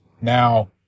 Now